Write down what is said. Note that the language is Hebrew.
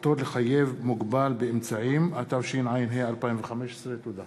(הפטר לחייב מוגבל באמצעים), התשע"ה 2015. תודה.